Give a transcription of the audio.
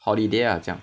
holiday ah 这样